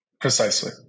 Precisely